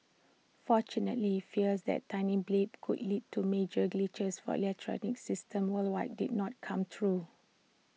fortunately fears that tiny blip could lead to major glitches for electronic systems worldwide did not come true